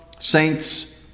saints